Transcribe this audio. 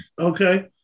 okay